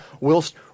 whilst